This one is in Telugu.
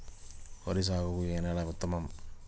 వరి సాగుకు ఏ నేల ఉత్తమం?